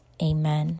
amen